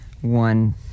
one